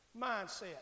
mindset